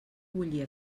bullir